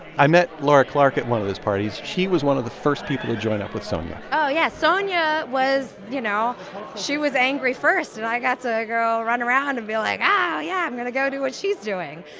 i met laura clark at one of those parties. she was one of the first people to join up with sonja oh, yeah, sonja was, you know she was angry first, and i got to go run around and be like, oh, yeah, i'm going yeah to go do what she's doing.